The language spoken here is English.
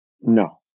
No